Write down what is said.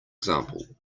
example